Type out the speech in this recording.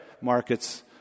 markets